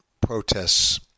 protests